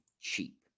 cheap